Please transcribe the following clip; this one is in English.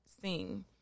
sing